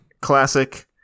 classic